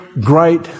great